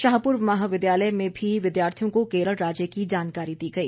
शाहपुर महाविद्यालय में भी विद्यार्थियों को केरल राज्य की जानकारी दी गई